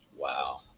Wow